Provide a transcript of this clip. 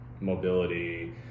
mobility